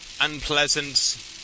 unpleasant